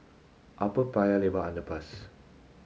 Upper Paya Lebar Underpass